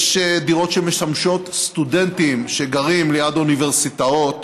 יש דירות שמשמשות סטודנטים שגרים ליד אוניברסיטאות,